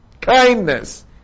kindness